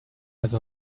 have